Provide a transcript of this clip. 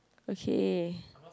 okay